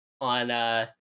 on